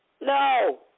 No